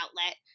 outlet